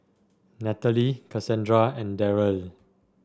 Nathaly Casandra and Darryle